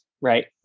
right